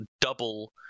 double